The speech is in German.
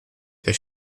der